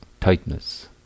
tightness